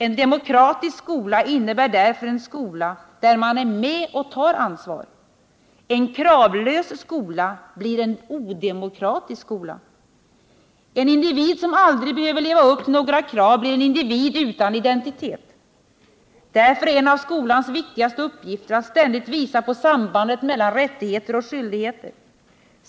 En demokratisk skola innebär därför en skola där man är med och tar ansvar. En kravlös skola blir en odemokratisk skola. En individ som aldrig behöver leva upp till några krav blir en individ utan identitet. Därför är en av skolans viktigaste uppgifter att ständigt visa på sambandet mellan rättigheter och skyldigheter.